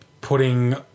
putting